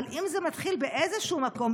אבל אם זה מתחיל באיזשהו מקום,